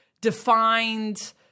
defined